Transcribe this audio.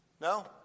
No